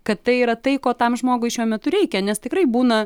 kad tai yra tai ko tam žmogui šiuo metu reikia nes tikrai būna